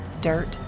dirt